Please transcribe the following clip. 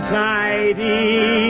tidy